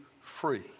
free